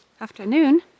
afternoon